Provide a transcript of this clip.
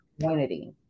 community